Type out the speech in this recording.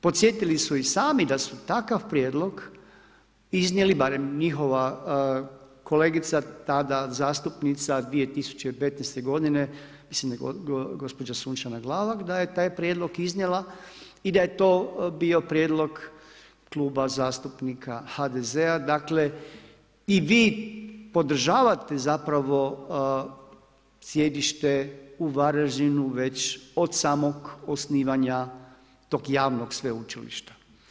Podsjetili su i sami da su takav prijedlog iznijeli, barem njihova kolegica, tada zastupnica 2015. godine, mislim da je gospođa Sunčana Glavak, da je taj prijedlog iznijela i da je to bio prijedlog Kluba zastupnika HDZ-a, dakle i vi podržavate zapravo sjedište u Varaždinu već od samog osnivanja tog javnog sveučilišta.